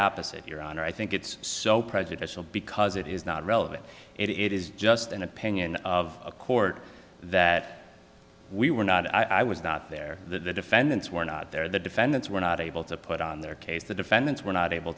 opposite your honor i think it's so prejudicial because it is not relevant it is just an opinion of a court that we were not i was not there that the defendants were not there the defendants were not able to put on their case the defendants were not able